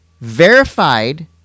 verified